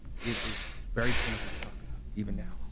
it is very painful to talk about, even now.